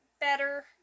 better